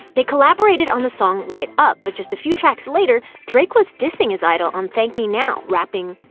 they collaborated on the song light up, but just a few tracks later, drake was dissing his idol on thank me now, rapping,